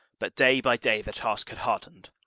but day by day the task had hardened,